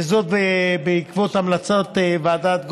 וזאת בעקבות המלצות ועדת גרוס.